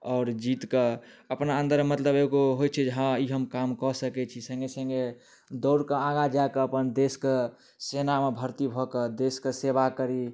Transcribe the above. आओर जीतिके अपना अन्दर मतलब एगो होइ छै जे हँ ई हम काम कऽ सकै छी सङ्गे सङ्गे दौड़के आगाँ जाकऽ अपन देशके सेनामे भर्ती भऽ कऽ देशके सेवा करी